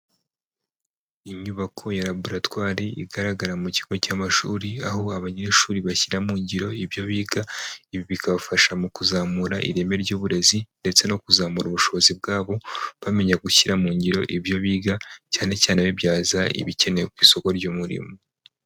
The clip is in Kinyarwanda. Inyubako ya raboratwari, igaragara mu kigo cy'amashuri, aho abanyeshuri bashyira mu ngiro ibyo biga, ibi bikabafasha mu kuzamura ireme ry'uburezi ndetse no kuzamura ubushobozi bwabo, bamenya gushyira mu ngiro ibyo biga, cyane cyane babibyaza ibikenewe ku isoko ry'umurimo.